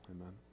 Amen